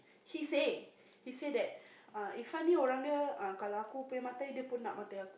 he say he says that uh Irfan